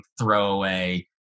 throwaway